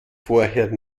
vorher